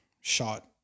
shot